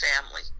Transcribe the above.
family